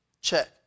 Check